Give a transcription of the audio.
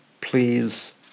please